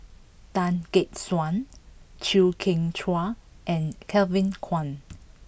Tan Gek Suan Chew Kheng Chuan and Kevin Kwan